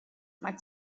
much